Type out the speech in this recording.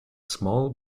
small